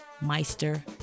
Meister